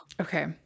okay